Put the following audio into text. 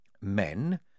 men